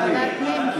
לפנים.